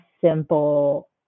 simple